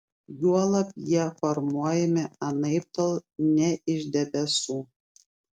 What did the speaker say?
juolab jie formuojami anaiptol ne iš debesų